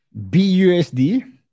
BUSD